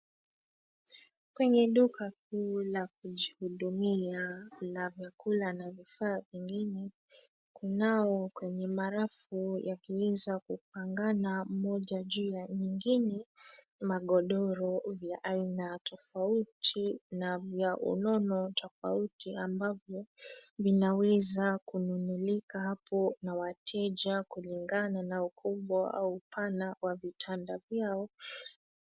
Kwenye duka la kujihudumia la vyakula na vifaa vengine kunao kwenye marafu yakiweza kupangana mmoja baada ya nyengine magodoro vya aina tofauti na vya unono tofauti ambavyo vinaweza kununulika hapo na wateja kulingana na ukubwa au upana wa vitanda vyao